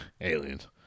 Aliens